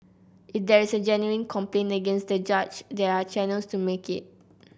if there is a genuine complaint against the judge there are channels to make it